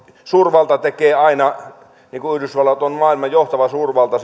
suurvalta tekee aina yhdysvallat on maailman johtava suurvalta